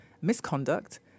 Misconduct